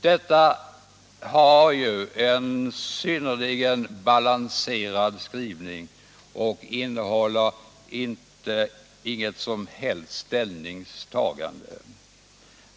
Detta har ju en synnerligen balanserad skrivning och innehåller inget som helst ställningstagande.